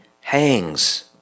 hangs